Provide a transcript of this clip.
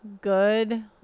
good